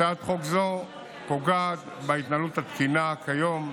הצעת חוק זו פוגעת בהתנהלות התקינה כיום,